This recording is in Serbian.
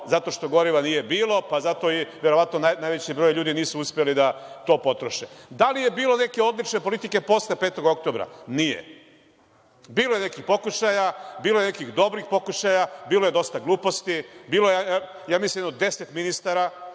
zato što goriva nije bilo, pa zato je verovatno najveći broj ljudi nisu uspeli da to potroše. Da li je bilo neke odlične politike posle 5. oktobra? Nije. Bilo je nekih pokušaja, bilo je nekih dobrih pokušaja, bilo je dosta gluposti, bilo je jedno 10 ministara,